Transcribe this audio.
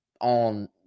on